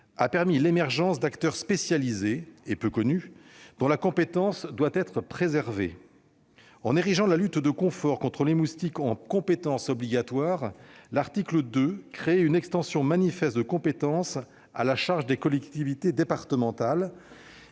a permis l'émergence d'acteurs spécialisés, d'ailleurs peu connus, dont la compétence doit être préservée. En érigeant la lutte de confort contre les moustiques en compétence obligatoire, l'article 2 entraînait une extension manifeste de compétence à la charge des conseils départementaux